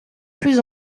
plus